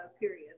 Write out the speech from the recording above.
period